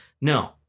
No